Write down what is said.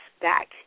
back